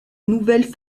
nouvelles